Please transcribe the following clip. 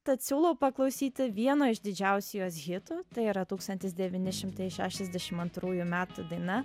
tad siūlau paklausyti vieno iš didžiausių jos hitų tai yra tūkstantis devyni šimtai šešiasdešim antrųjų metų daina